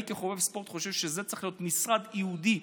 אני כחובב ספורט חושב שזה צריך להיות משרד ייעודי,